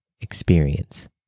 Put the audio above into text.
experience